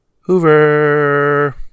Hoover